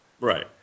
Right